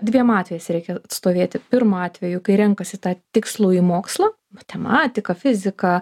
dviem atvejais reikia atstovėti pirmu atveju kai renkasi tą tikslųjį mokslą matematiką fiziką